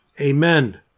Amen